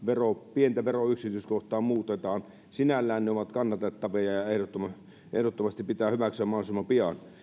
pientä veroyksityiskohtaa muutetaan sinällään ne ovat kannatettavia ja ja ne ehdottomasti pitää hyväksyä mahdollisimman pian